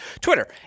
Twitter